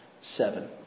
Seven